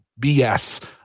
BS